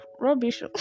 rubbish